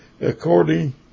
according